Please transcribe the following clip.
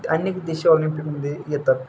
अनेक देश ऑलिंपिकमध्ये येतात